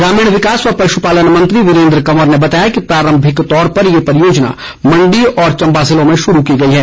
ग्रामीण विकास व पशुपालन मंत्री वीरेंद्र कंवर ने बताया कि प्रारम्भिक तौर पर ये परियोजना मंडी और चंबा जिलों में शुरू की गई है